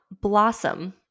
Blossom